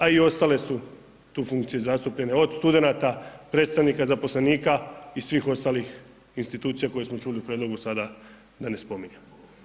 A i ostale su tu funkcije zastupljene, od studenata, predstavnika zaposlenika i svih ostalih institucija, koje smo čuli u prijedlogu sada da ne spominjem.